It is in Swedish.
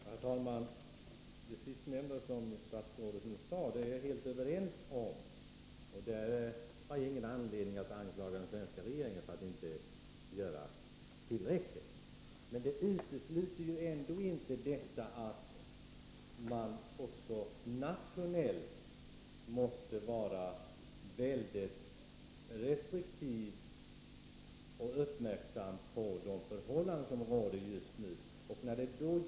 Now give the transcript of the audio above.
Herr talman! Beträffande det sista är jag helt överens med statsrådet, och på den punkten har jag ingen anledning att anklaga den svenska regeringen för att inte göra tillräckligt. Men detta utesluter ändå inte att man uppmärksam på de förhållanden cket som råder just nu i det aktuella området.